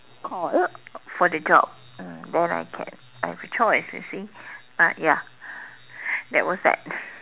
call for the job then I can I have a choice you see but ya that was that